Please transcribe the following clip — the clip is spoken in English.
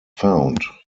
found